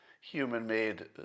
human-made